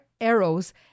arrows